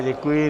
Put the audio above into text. Děkuji.